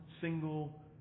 single